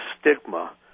stigma